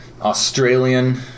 Australian